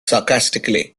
sarcastically